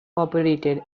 operated